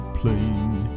plane